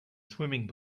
swimming